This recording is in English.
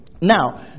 now